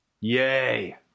Yay